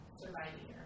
surviving